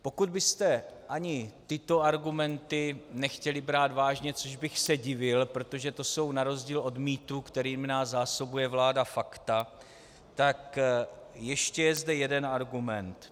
Pokud byste ani tyto argumenty nechtěli brát vážně, což bych se divil, protože to jsou na rozdíl od mýtů, kterými nás zásobuje vláda, fakta, tak ještě je zde jeden argument.